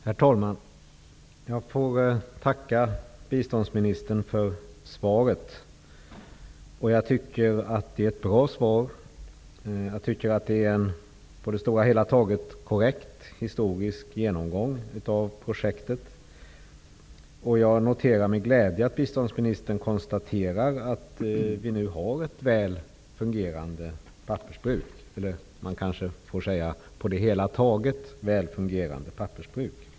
Herr talman! Jag får tacka biståndsministern för svaret. Jag tycker att det är ett bra svar, med en i det stora hela korrekt historisk genomgång av projektet. Jag noterar med glädje att biståndsministern konstaterar att vi nu har ett på det hela taget väl fungerande pappersbruk.